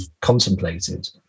contemplated